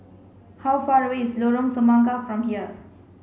how far away is Lorong Semangka from here